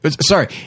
sorry